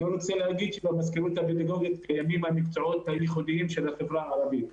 במזכירות הפדגוגית קיימים המקצועות הייחודים של החברה הערבית,